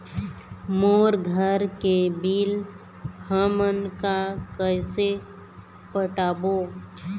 मोर घर के बिल हमन का कइसे पटाबो?